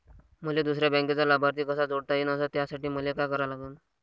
मले दुसऱ्या बँकेचा लाभार्थी कसा जोडता येईन, अस त्यासाठी मले का करा लागन?